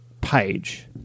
page